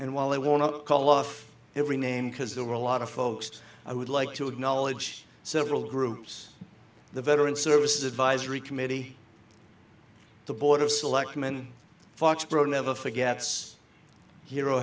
and while they will not call off every name because there were a lot of folks i would like to acknowledge several groups the veteran services advisory committee the board of selectmen foxborough never forgets hero